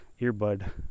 earbud